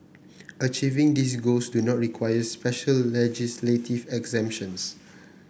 achieving these goals do not require special legislative exemptions